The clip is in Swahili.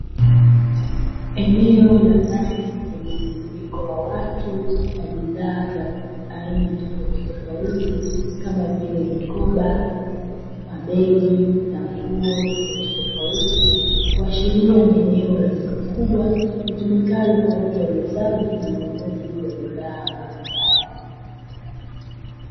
Eneo la ndani lenye mjumuiko wa watu wa aina tofauti tofauti kuhashiria ni eneo la duka kwaajili ya uuzaji wa bidhaa mbalimbali